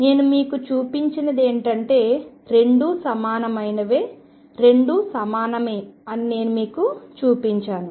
నేను మీకు చూపించినది ఏమిటంటే రెండూ సమానమైనవే రెండూ సమానమే అని నేను మీకు చూపించాను